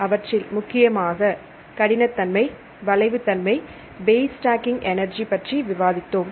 அவற்றில் முக்கியமாக கடினத்தன்மை வளைவு தன்மை பேஸ் ஸ்டாக்கிங் எனர்ஜி பற்றி விவாதித்தோம்